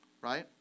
right